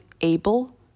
able